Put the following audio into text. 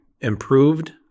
improved